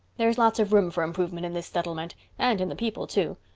there's lots of room for improvement in this settlement. and in the people too.